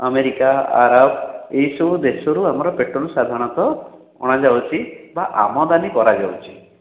America ଆରବ ଏହି ସବୁ ଦେଶରୁ ଆମର ପେଟ୍ରୋଲ୍ ସାଧାରଣତଃ ଅଣାଯାଉଛି ବା ଆମଦାନୀ କରାଯାଉଛି